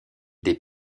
des